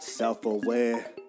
Self-aware